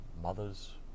Mothers